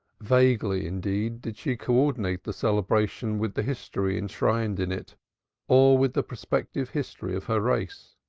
vaguely, indeed, did she co-ordinate the celebration with the history enshrined in it or with the prospective history of her race.